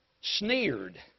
sneered